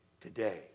today